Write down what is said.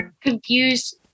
confused